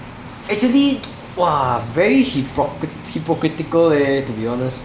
actually !wah! very hypocr~ hypocritical eh to be honest